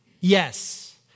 yes